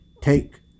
take